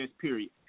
period